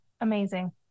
Amazing